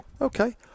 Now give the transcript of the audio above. okay